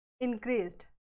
increased